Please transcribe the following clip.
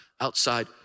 outside